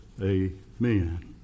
amen